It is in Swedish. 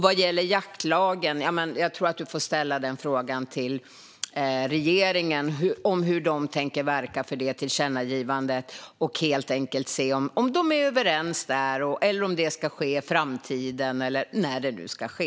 Vad gäller jaktlagen tror jag att Daniel Bäckström får ställa frågan till regeringen om hur den tänker verka för det tillkännagivandet och helt enkelt se om de är överens, om detta ska ske i framtiden eller när det nu ska ske.